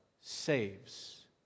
saves